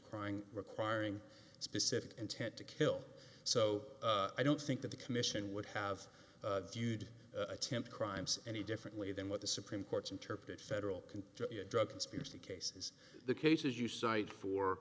crying requiring a specific intent to kill so i don't think that the commission would have to attempt crimes any differently than what the supreme court's interpreted federal can drug conspiracy cases the cases you cite for